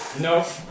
No